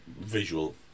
visual